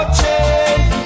change